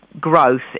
growth